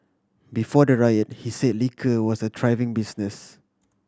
before the riot he said liquor was a thriving business